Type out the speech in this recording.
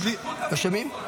לא שומעים.